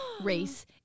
race